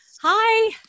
Hi